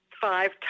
five